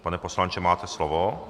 Pane poslanče, máte slovo.